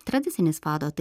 tradicinis fado tai